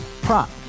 Prop